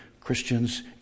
Christians